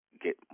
get